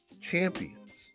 champions